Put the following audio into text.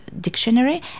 dictionary